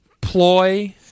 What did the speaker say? ploy